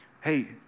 hey